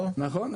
נכון,